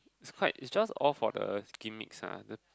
it's quite it's just all for the gimmicks ah the